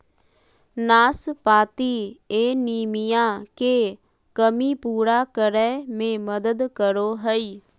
नाशपाती एनीमिया के कमी पूरा करै में मदद करो हइ